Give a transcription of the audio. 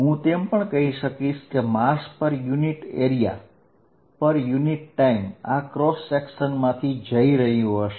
હું તેમ પણ કહી શકીશ કે માસ પર યુનિટ એરીયા પર યુનિટ ટાઈમ આ આડછેદ માંથી જઈ રહ્યું હશે